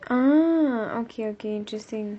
ah okay okay interesting